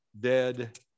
dead